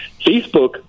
Facebook